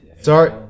Sorry